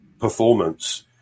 performance